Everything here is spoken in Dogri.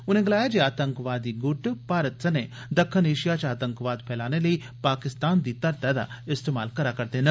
उनें गलाया जे आतंकवादी गुट भारत सने दक्खन एशिया च आतंकवाद फैलाने लेई पाकिस्तान दी धरतै दा इस्तेमाल करा'रदे न